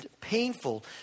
painful